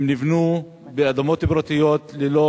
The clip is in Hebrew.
הם נבנו על אדמות פרטיות ללא